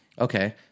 Okay